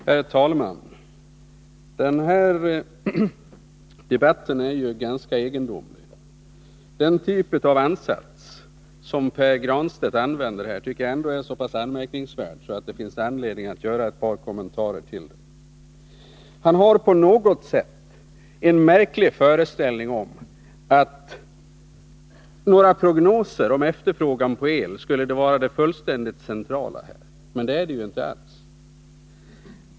Herr talman! Den här debatten är ganska egendomlig. Den typ av ansats som Pär Granstedt använder här tycker jag är så pass anmärkningsvärd att det finns anledning att göra ett par kommentarer till den. Han har en märklig föreställning om att några prognoser om efterfrågan på el skulle vara det fullständigt centrala i detta sammanhang. Men så är det ju inte alls.